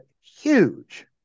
huge